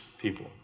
people